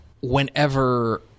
whenever –